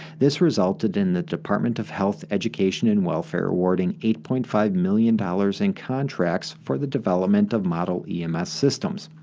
this resulted in the department of health, education, and welfare awarding eight point five million dollars in contracts for the development of model ems systems.